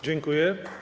Dziękuję.